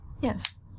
Yes